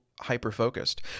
hyper-focused